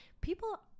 people